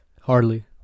Hardly